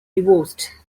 divorced